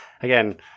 again